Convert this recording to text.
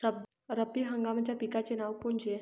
रब्बी हंगामाच्या पिकाचे नावं कोनचे?